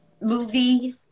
movie